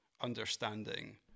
understanding